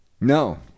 No